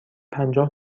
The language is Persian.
پنجاه